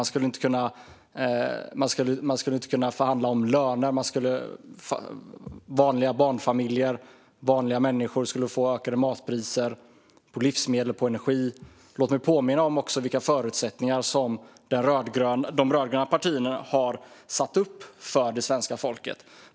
Man skulle inte kunna förhandla om löner. Barnfamiljer och vanliga människor skulle få ökade priser på livsmedel och energi. Låt mig också påminna om vilka förutsättningar de rödgröna partierna har satt upp för det svenska folket.